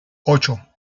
ocho